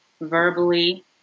verbally